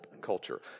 culture